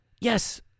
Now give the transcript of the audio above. Yes